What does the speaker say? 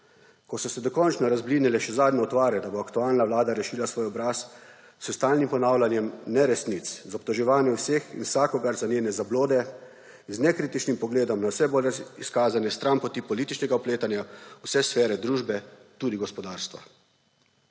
Ko so se dokončno razblinile še zadnje utvare, da bo aktualna vlada rešila svoj obraz s stalnim ponavljanjem neresnic, z obtoževanjem vseh in vsakogar za njene zablode, z nekritičnim pogledom na vse bolj izkazane stranpoti političnega vpletanja v vse sfere družbe, tudi gospodarstva.